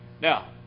Now